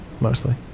Mostly